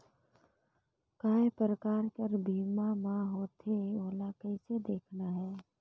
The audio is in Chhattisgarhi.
काय प्रकार कर बीमा मा होथे? ओला कइसे देखना है?